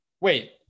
Wait